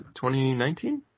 2019